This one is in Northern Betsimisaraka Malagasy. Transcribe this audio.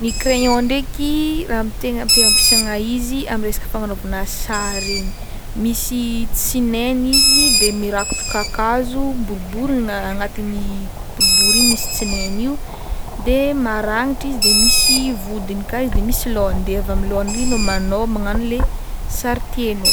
Ny crayon ndraiky raha am- tegna ampiasaina izy, amy resaka fagnanaovana sary igny, misy tsignainy izy de mirakotry kakazo boribory gn- agnatin'i boribory igny misy tsinainy io de de maragnitry izy de misy vodiny ka izy de misy lôhany, de avy amy lôhany ry no manao- magnagno le sary tianao.